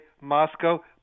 Moscow